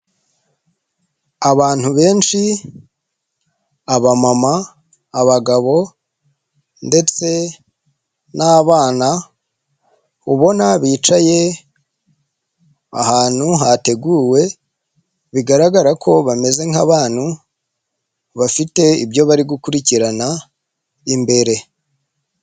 Abantu benshi abamama abagabo, ndetse n'abana ubona bicaye ahantu hateguwe bigaragara ko bameze nk'abantu bafite ibyo bari gukurikirana imbere.